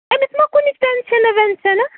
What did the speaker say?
ما کُنِک ٹیٚنشَن وٮ۪نشَنا